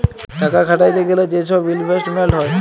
টাকা খাটাইতে গ্যালে যে ছব ইলভেস্টমেল্ট হ্যয়